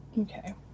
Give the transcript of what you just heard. Okay